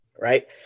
right